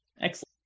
Excellent